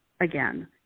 again